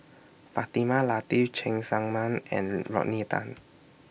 Fatimah Lateef Cheng Tsang Man and Rodney Tan